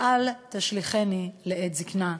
אל תשליכני לעת זיקנה.